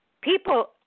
people